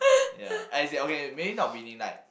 ya as in okay maybe not winning like